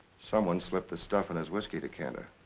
someone slipped the stuff in his whiskey decanter.